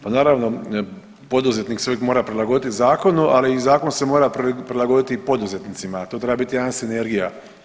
Pa naravno da poduzetnik se uvijek mora prilagoditi zakonu, ali i zakon se mora prilagoditi poduzetnicima, to treba biti jedna sinergija.